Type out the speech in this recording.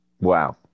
Wow